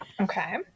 Okay